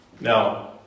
Now